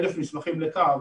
1,000 מסמכים לקו,